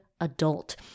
adult